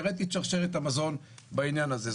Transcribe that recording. והראיתי את שרשרת המזון בעניין הזה.